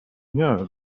know